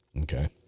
okay